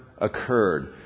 occurred